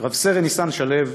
רב-סרן ניסן שלו,